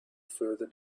further